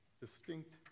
distinct